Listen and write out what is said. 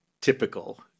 typical